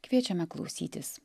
kviečiame klausytis